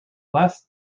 less